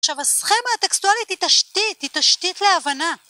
עכשיו, הסכמה הטקסטואלית היא תשתית, היא תשתית להבנה.